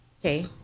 Okay